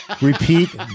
repeat